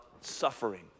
suffering